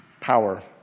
power